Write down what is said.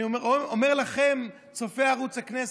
אני אומר לכם, צופי ערוץ הכנסת,